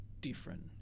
different